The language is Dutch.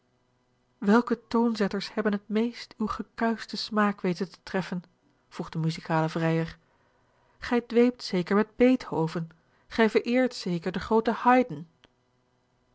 welke toonzetters hebben het meest uw gekuischten smaak weten te treffen vroeg de muziekale vrijer gij dweept zeker met beethoven gij vereert zeker den grooten